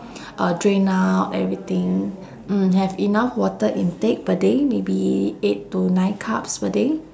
uh drain out everything mm have enough water intake per day maybe eight to nine cups per day